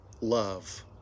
love